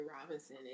Robinson